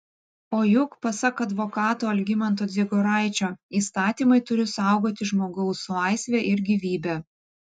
o juk pasak advokato algimanto dziegoraičio įstatymai turi saugoti žmogaus laisvę ir gyvybę